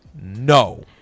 No